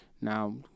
now